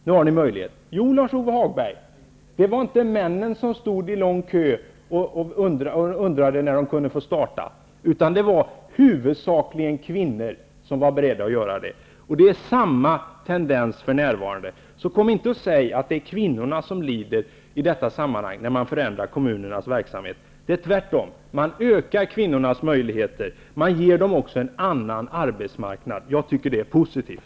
Jo, Lars-Ove Hagberg, det var inte männen som stod i lång kö och undrade när de kunde få starta, utan det var huvudsakligen kvinnor som var beredda att göra det. Det är samma tendens för närvarande. Så kom inte och säg att det är kvinnorna som lider när man förändrar kommunernas verksamhet. Det är tvärtom. Man ökar kvinnornas möjligheter. Man ger dem också en annan arbetsmarknad. Jag tycker det är positivt.